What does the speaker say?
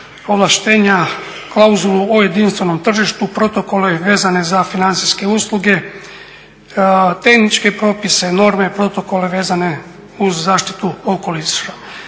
ovlaštenja, klauzulu o jedinstvenom tržištu, protokolu i vezane za financijske usluge, tehničke propise, norme protokole vezane uz zaštitu okoliša.